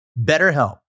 BetterHelp